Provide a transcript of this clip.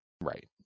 right